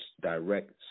direct